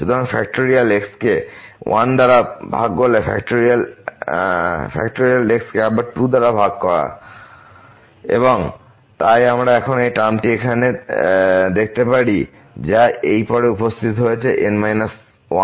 সুতরাং factorial x কে 1 দ্বারা ভাগ করে ফ্যাক্টরিয়াল x কে আবার 2 দ্বারা ভাগ করা এবং তাই আমরা এখন এই টার্মটি এখানে দেখতে পারি যা এইপরে উপস্থিত হয়েছে N 1 টার্মের